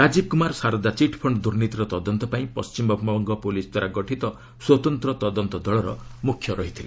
Rajiv Kumar Saradha chit fund ଦୁର୍ନୀତିର ତଦନ୍ତପାଇଁ Paschimbanga police ଦ୍ୱାରା ଗଠିତ ସ୍ୱତନ୍ତ୍ର ତଦନ୍ତ ଦଳର ମୁଖ୍ୟ ଥିଲେ